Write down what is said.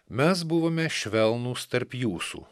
mes buvome švelnūs tarp jūsų